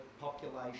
population